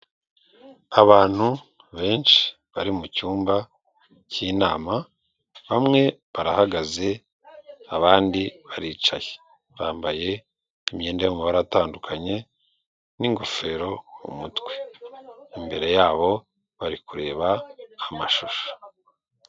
Abantu benshi bari mucyumba cy'inama, bamwe barahagaze abandi baricaye bambaye imyenda y'amabara atandukanye n'ingofero mu mutwe imbere yabo bari kureba amashusho.